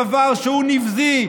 דבר שהוא נבזי.